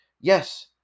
yes